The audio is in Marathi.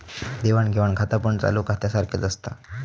देवाण घेवाण खातापण चालू खात्यासारख्याच असता